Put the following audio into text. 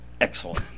Excellent